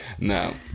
No